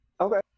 Okay